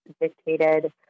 dictated